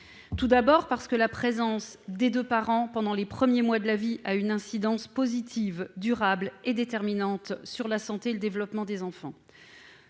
Tout d'abord, la présence des deux parents pendant les premiers mois de la vie a une incidence positive durable et déterminante sur la santé et le développement des enfants.